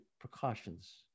precautions